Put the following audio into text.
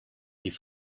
die